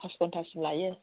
pass घन्टासो लायो